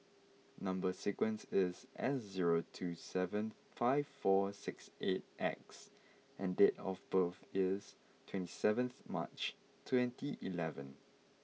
number sequence is S zero two seven five four six eight X and date of birth is twenty seventh March twenty eleven